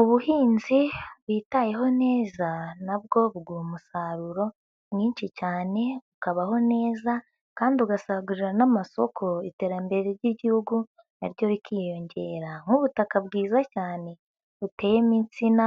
Ubuhinzi witayeho neza na bwo buguha umusaruro mwinshi cyane ukabaho neza kandi ugasagurira n'amasoko iterambere ry'igihugu naryo rikiyongera nk'ubutaka bwiza cyane buteyemo intsina,